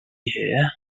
here